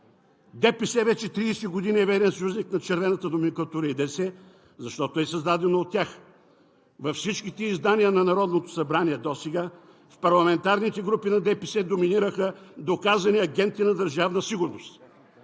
ДПС вече 30 години е верен съюзник на червената номенклатура и ДС, защото е създадено от тях. Във всички тези издания на Народното събрание досега в парламентарните групи на ДПС доминираха доказани агенти на Държавна сигурност.